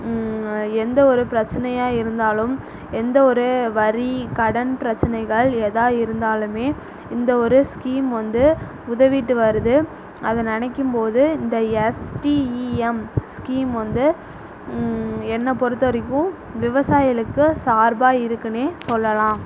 எந்த ஒரு பிரச்சினையா இருந்தாலும் எந்த ஒரு வரி கடன் பிரச்சினைகள் ஏதா இருந்தாலும் இந்த ஒரு ஸ்கீம் வந்து உதவிகிட்டு வருது அதை நினைக்கும் போது இந்த எஸ்டிஇஎம் ஸ்கீம் வந்து என்னை பொருத்த வரைக்கும் விவசாயிகளுக்கு சார்பாக இருக்குனே சொல்லலாம்